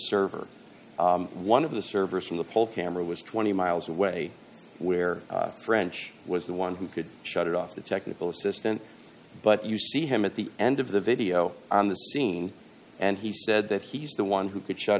server one of the servers in the poll camera was twenty miles away where french was the one who could shut it off the technical assistance but you see him at the end of the video on the scene and he said that he's the one who could shut